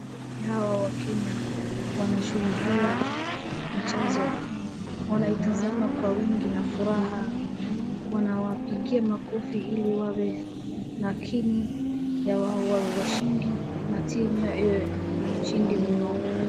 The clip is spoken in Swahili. Wahabiki hawa wa Kenya wanashuhudia mchezo. Wanaitazama kwa wingi na furaha, wana wapigia makofi ili wawe na kinyi ya wawe washindi na timu yao iwe washindi mno.